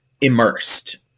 immersed